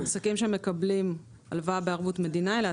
עסקים שמקבלים הלוואה בערבות המדינה אלה